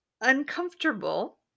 uncomfortable